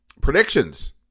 predictions